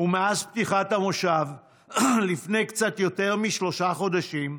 מאז פתיחת המושב, לפני קצת יותר משלושה חודשים,